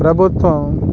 ప్రభుత్వం